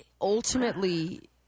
ultimately